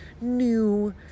new